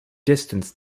distanced